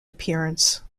appearance